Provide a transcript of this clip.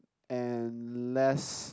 and less